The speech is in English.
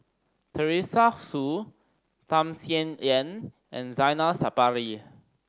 Teresa Hsu Tham Sien Yen and Zainal Sapari